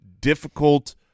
difficult